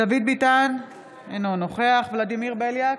דוד ביטן, אינו נוכח ולדימיר בליאק,